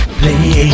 play